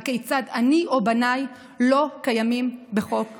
הכיצד אני או בניי לא קיימים בחוק זה?